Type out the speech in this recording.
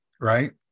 Right